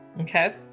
Okay